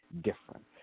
different